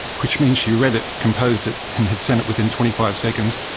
which means she read it, composed it and had sent it within twenty five seconds.